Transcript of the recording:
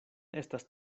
estas